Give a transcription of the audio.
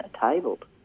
tabled